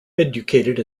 educated